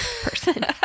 person